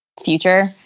future